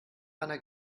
einer